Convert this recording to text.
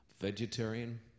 vegetarian